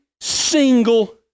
single